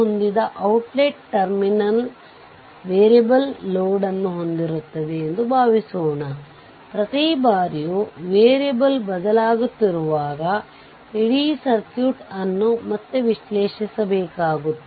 ಆದರೆ ಅದು 1 ಮತ್ತು 2 ಸಮಾಂತರದಲ್ಲಿ ನಿಮಗೆ ಯಾವುದೇ ಆಂಪಿಯರ್ ಮೌಲ್ಯ ಮತ್ತು ವೋಲ್ಟೇಜ್ ಮೂಲ ಬೇಕು ಅದನ್ನು ಇರಿಸಬೇಕು ಮತ್ತು ನಂತರ RThevenin ಪಡೆಯಬೇಕು